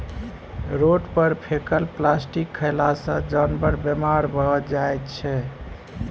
road पर फेकल plastic खएला सँ जानबर बेमार भए जाइ छै